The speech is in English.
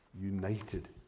united